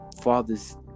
fathers